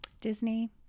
disney